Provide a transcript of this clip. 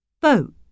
Boat